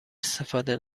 استفاده